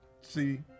See